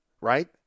right